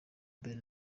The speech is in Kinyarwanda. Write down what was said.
benin